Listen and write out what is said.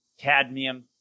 cadmium